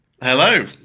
Hello